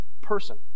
person